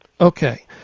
Okay